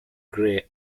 grey